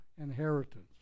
inheritance